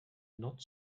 not